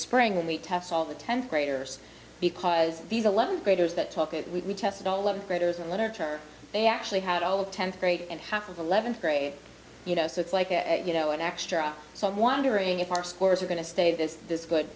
spring when we test all the tenth graders because these eleventh graders that talk and we tested all of graders in literature they actually had all of the tenth grade and half of eleventh grade you know so it's like you know an extra so i'm wondering if our scores are going to stay this this good